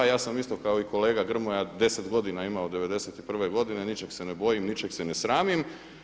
A ja sam isto kao i kolega Grmoja 10 godina imao '91. godine, ničeg se ne bojim, ničeg se ne sramim.